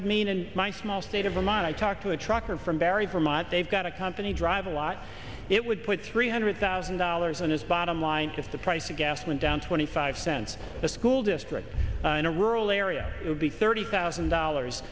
would mean in my small state of vermont i talked to a trucker from barrie vermont they've got a company drive a lot it would put three hundred thousand dollars on his bottom line if the price of gas went down twenty five cents the school district in a rural area would be thirty thousand dollars